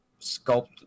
Sculpt